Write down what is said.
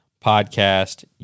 podcast